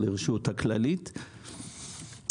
כן, סדר גודל של שליש מההשקעה.